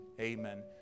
amen